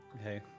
okay